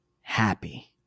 happy